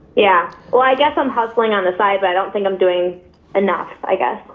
yeah. well i guess i'm hustling on the side but i don't think i'm doing enough i guess.